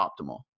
optimal